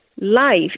life